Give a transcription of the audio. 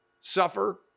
suffer